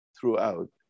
throughout